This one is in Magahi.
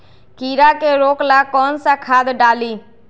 कीड़ा के रोक ला कौन सा खाद्य डाली?